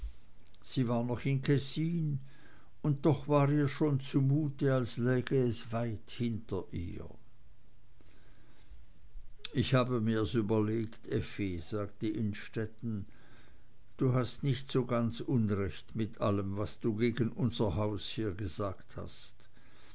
sie war noch in kessin und doch war ihr schon zumute als läge es weit hinter ihr ich habe mir's überlegt effi sagte innstetten du hast nicht so ganz unrecht mit allem was du gegen unser haus hier gesagt hast